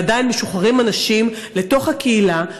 ועדיין משוחררים אנשים לתוך הקהילה,